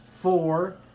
four